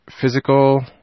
physical